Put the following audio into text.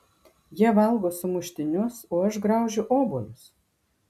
jie valgo sumuštinius o aš graužiu obuolius